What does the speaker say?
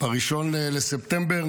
1 בספטמבר,